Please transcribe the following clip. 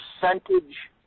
percentage